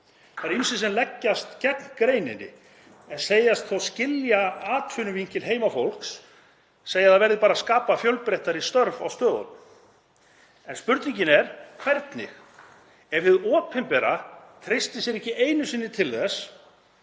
Það eru ýmsir sem leggjast gegn greininni en segjast þó skilja atvinnuvinkil heimafólks, segja að það verði bara að skapa fjölbreyttari störf á stöðunum. En spurningin er: Hvernig? Ef hið opinbera treystir sér ekki einu sinni til þess,